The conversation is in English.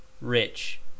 rich